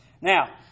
Now